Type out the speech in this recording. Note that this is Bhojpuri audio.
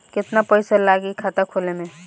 केतना पइसा लागी खाता खोले में?